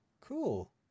cool